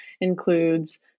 includes